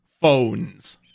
phones